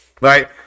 right